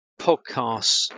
podcasts